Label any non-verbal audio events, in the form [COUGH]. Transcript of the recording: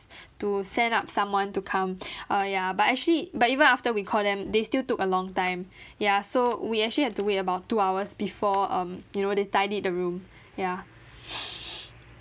[BREATH] to send up someone to come [BREATH] uh ya but actually but even after we call them they still took a long time [BREATH] ya so we actually had to wait about two hours before um you know they tidied the room ya [NOISE]